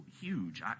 huge